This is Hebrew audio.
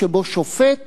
שבו שופט